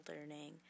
learning